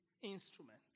instrument